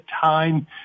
time